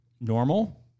normal